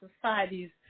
societies